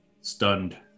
stunned